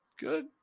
Good